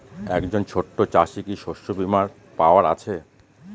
একজন ছোট চাষি কি শস্যবিমার পাওয়ার আছে?